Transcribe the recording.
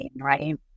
right